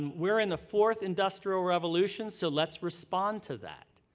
we're in the fourth industrial revolution, so let's respond to that.